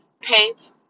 paint